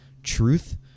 truth